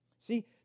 See